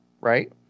right